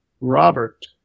Robert